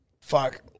Fuck